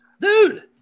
Dude